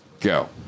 go